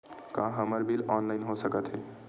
का हमर bill online हो सकत हे?